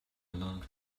long